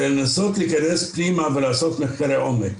אלא לנסות להיכנס פנימה ולעשות מחקרי עומק.